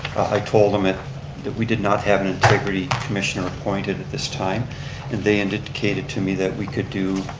i told them that we did not have an integrity commissioner appointed at this time, and they and indicated to me that we could do,